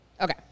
Okay